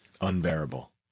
unbearable